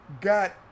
got